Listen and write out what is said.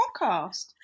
Podcast